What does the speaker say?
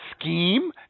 scheme